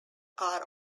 are